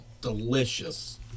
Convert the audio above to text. delicious